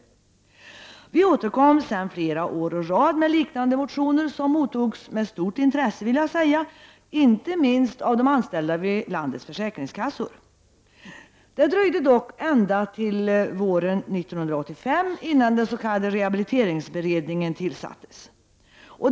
Vi återkom senare flera år i rad med liknande motioner som mottogs med stort intresse, inte minst av de anställda vid landets försäkringskassor. Det dröjde dock ända till våren 1985 innan den s.k. rehabiliteringsberedningen tillsattes.